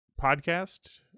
podcast